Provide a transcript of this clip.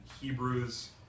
Hebrews